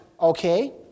Okay